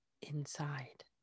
inside